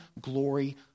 glory